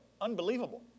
unbelievable